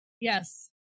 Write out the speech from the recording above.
Yes